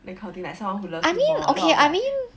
that kind of thing like someone who loves you more a lot like ya